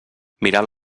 mirant